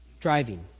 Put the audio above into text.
Driving